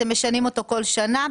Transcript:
שאתם משנים אותו כל שנה?